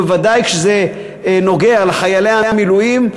ובוודאי כשזה נוגע לחיילי המילואים,